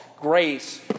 Grace